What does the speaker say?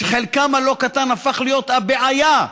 שחלקם הלא-קטן הפך להיות הבעיה,